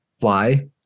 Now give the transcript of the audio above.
Fly